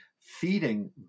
feeding